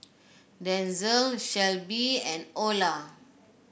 Denzel Shelbie and Olar